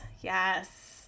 Yes